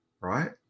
right